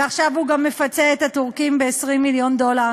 ועכשיו הוא גם מפצה את הטורקים ב-20 מיליון דולר.